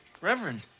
reverend